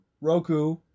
Roku